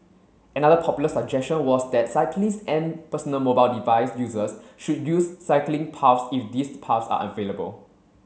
another popular suggestion was that cyclists and personal mobile device users should use cycling paths if these paths are available